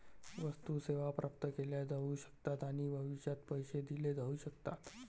वस्तू, सेवा प्राप्त केल्या जाऊ शकतात आणि भविष्यात पैसे दिले जाऊ शकतात